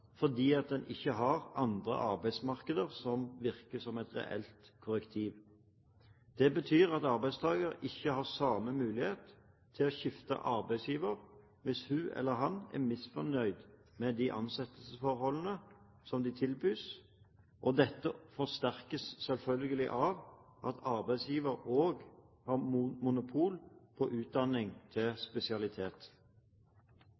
en ikke har andre arbeidsmarkeder som virker som et reelt korrektiv. Det betyr at arbeidstaker ikke har samme mulighet til å skifte arbeidsgiver hvis hun eller han er misfornøyd med de ansettelsesforholdene som de tilbys, og dette forsterkes selvfølgelig av at arbeidsgiver også har monopol på utdanning til